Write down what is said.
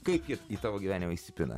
kaip ji į tavo gyvenimą įsipina